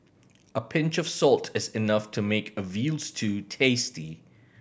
a pinch of salt is enough to make a veal stew tasty